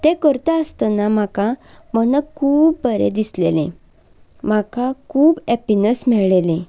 तें करतासतना म्हाका मनाक खूब बरें दिसलेलें म्हाका खूब हॅपिनस मेळ्ळेलें